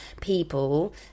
people